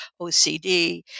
OCD